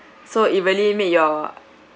so it really make your